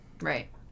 Right